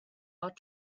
are